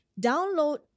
download